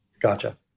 gotcha